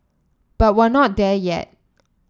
but we're not there yet